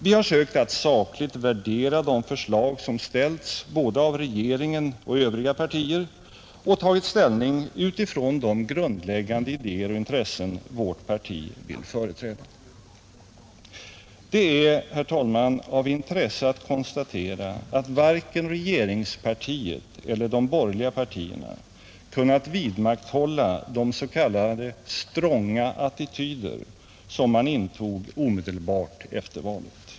Vi har sökt att sakligt värdera de förslag som ställts både av regeringen och av övriga partier, och vi har tagit ställning utifrån de grundläggande idéer och intressen vårt parti vill företräda. Det är, herr talman, av intresse att konstatera att varken regeringspartiet eller de borgerliga partierna kunnat vidmakthålla de s.k. stronga attityder som man intog omedelbart efter valet.